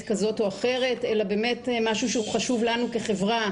כזו או אחרת אלא באמת משהו שהוא חשוב לנו כחברה,